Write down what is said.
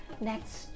Next